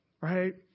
Right